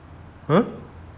!huh!